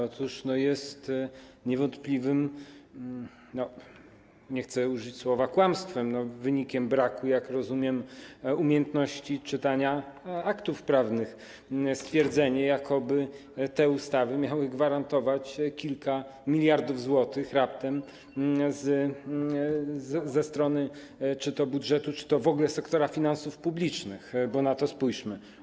Otóż jest niewątpliwym - nie chcę użyć słowa: kłamstwem - wynikiem braku, jak rozumiem, umiejętności czytania aktów prawnych stwierdzenie, jakoby te ustawy miały gwarantować raptem kilka mld zł ze strony czy to budżetu, czy to w ogóle sektora finansów publicznych, bo na to spójrzmy.